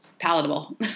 palatable